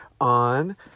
on